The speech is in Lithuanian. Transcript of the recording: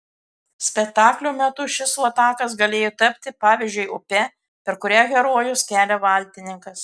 spektaklio metu šis latakas galėjo tapti pavyzdžiui upe per kurią herojus kelia valtininkas